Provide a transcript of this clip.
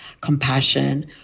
compassion